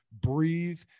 breathe